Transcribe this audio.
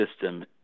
system